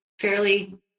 fairly